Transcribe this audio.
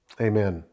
Amen